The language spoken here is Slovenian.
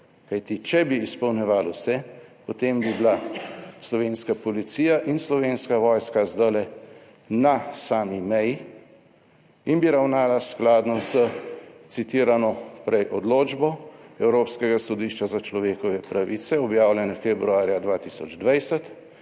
Kajti, če bi izpolnjevali vse, potem bi bila Slovenska policija in Slovenska vojska zdajle na sami meji in bi ravnala skladno s citirano prej odločbo Evropskega sodišča za človekove pravice, objavljene februarja 2020,